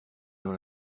dans